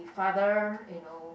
father you know